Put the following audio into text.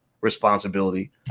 responsibility